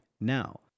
Now